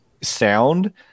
sound